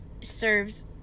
serves